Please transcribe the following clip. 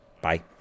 Bye